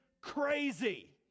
crazy